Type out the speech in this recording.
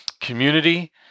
community